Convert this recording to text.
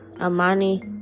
Amani